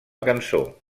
cançó